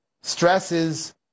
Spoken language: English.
stresses